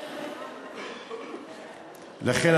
לכן,